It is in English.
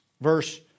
verse